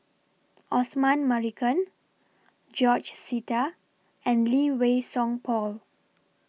Osman Merican George Sita and Lee Wei Song Paul